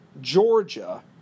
Georgia